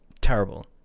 terrible